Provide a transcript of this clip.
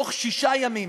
בתוך שישה ימים